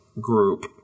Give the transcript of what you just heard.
group